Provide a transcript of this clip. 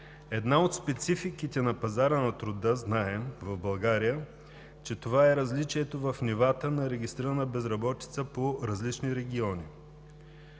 Една от спецификите на пазара на труда в България, знаем, че е различието в нивата на регистрирана безработица по различни региони.